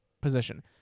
position